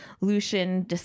lucian